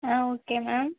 ah okay ma'am